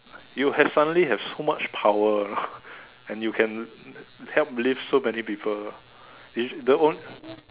you have suddenly have so much power you know and you can help lift so many people is the only